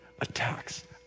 attacks